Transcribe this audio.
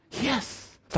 Yes